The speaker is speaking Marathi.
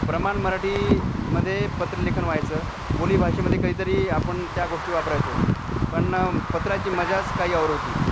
प्रमाण मराठीमध्ये पत्रलेखन व्हायचं बोली भाषेमध्ये काहीतरी आपण त्या गोष्टी वापरायचो पण पत्राची मजाच काही और होती